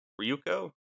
Ryuko